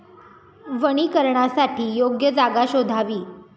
वनीकरणासाठी योग्य जागा शोधावी